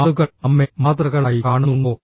ആളുകൾ നമ്മെ മാതൃകകളായി കാണുന്നുണ്ടോ